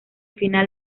final